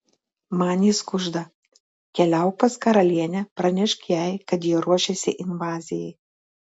man jis kužda keliauk pas karalienę pranešk jai kad jie ruošiasi invazijai